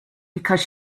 because